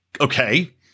okay